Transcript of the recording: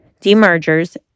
demergers